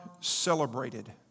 celebrated